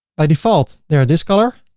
by default they are this color.